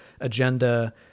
agenda